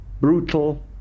brutal